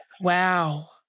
Wow